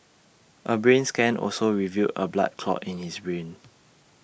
A brain scan also revealed A blood clot in his brain